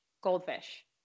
goldfish